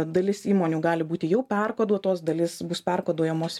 dalis įmonių gali būti jau perkoduotos dalis bus perkoduojamos